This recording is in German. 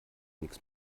nichts